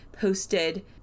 posted